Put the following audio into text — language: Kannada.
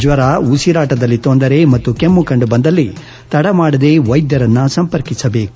ಜ್ವರ ಉಸಿರಾಟದಲ್ಲಿ ತೊಂದರೆ ಕೆಮ್ಗು ಕಂಡು ಬಂದಲ್ಲಿ ತಡಮಾಡದೆ ವೈದ್ಯರನ್ನು ಸಂಪರ್ಕಿಸಬೇಕು